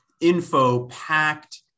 info-packed